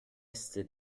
äste